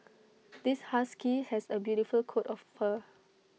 this husky has A beautiful coat of fur